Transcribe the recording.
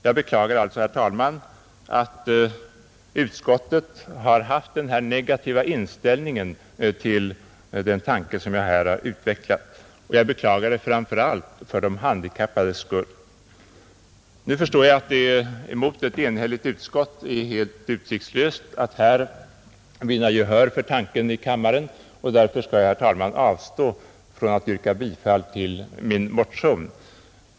Jag beklagar alltså, herr talman, att utskottet har haft den här negativa inställningen till den tanke jag har utvecklat, och jag beklagar det framför allt för de handikappades skull. Jag förstår att det mot ett enhälligt utskott är helt utsiktslöst att vinna gehör för tanken här i kammaren, och därför skall jag avstå från att yrka bifall till min motion.